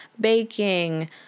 baking